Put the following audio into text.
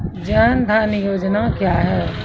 जन धन योजना क्या है?